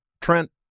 Trent